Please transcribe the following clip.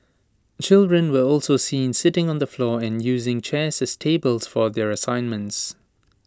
children were also seen sitting on the floor and using chairs as tables for their assignments